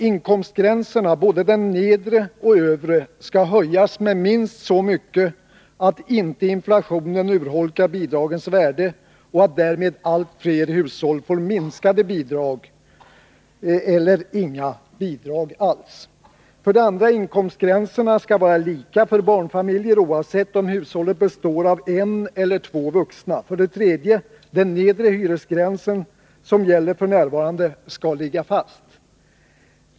Inkomstgränserna — både den nedre och den övre — skall höjas minst så mycket att inte inflationen urholkar bidragens värde och allt flera hushåll därmed får minskade bidrag eller inga bidrag alls. 2. Inkomstgränserna skall vara lika för barnfamiljer oavsett om hushållet består av en eller två vuxna. 3. Den nedre hyresgräns som f. n. gäller skall ligga fast.